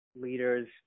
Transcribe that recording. leaders